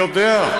אני יודע.